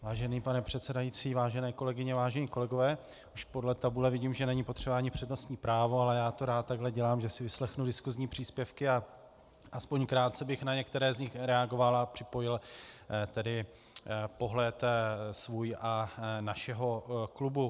Vážený pane předsedající, vážené kolegyně, vážení kolegové, už podle tabule vidím, že není potřeba ani přednostní právo, ale já to rád takhle dělám, že si vyslechnu diskusní příspěvky a aspoň krátce bych na některé z nich reagoval a připojil svůj pohled, a našeho klubu.